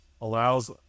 allows